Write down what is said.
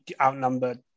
outnumbered